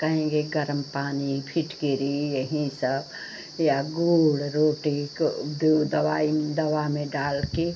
कहेंगे गर्म पानी फिटकरी यही स या गुड़ रोटी को दु दवाई दवा में डालकर